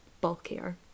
bulkier